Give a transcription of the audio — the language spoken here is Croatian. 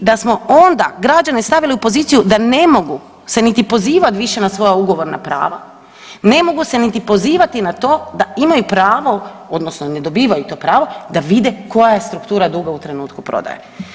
I da smo onda građane stavili u poziciju da ne mogu se niti pozivati na svoja ugovorna prava, ne mogu se niti pozivati na to da imaju pravo odnosno ne dobivaju to pravo da vide koja je struktura duga u trenutku prodaje.